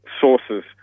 sources